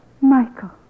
Michael